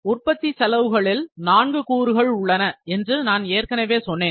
உற்பத்தி செலவுகளில் நான்கு கூறுகள் உள்ளன என்று நான் ஏற்கனவே சொன்னேன்